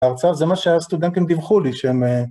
ההרצאה זה מה שהסטודנטים דיווחו לי, שהם...